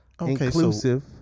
inclusive